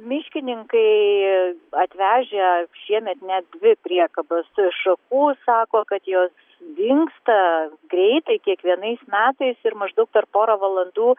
miškininkai atvežę šiemet net dvi priekabas šakų sako kad jos dingsta greitai kiekvienais metais ir maždaug per porą valandų